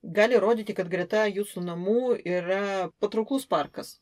gali rodyti kad greta jūsų namų yra patrauklus parkas